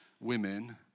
women